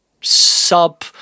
Sub